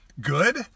Good